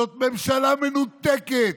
זאת ממשלה מנותקת.